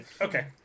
Okay